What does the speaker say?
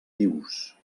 vius